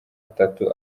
atatu